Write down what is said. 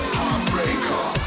heartbreaker